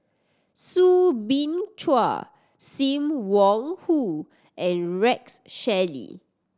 Soo Bin Chua Sim Wong Hoo and Rex Shelley